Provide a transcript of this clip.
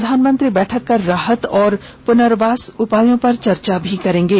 प्रधानमंत्री बैठक कर राहत और पुनर्वास उपायों पर चर्चा भी करेंगे